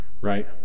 right